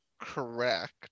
correct